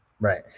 right